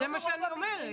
זה מה שאני אומרת.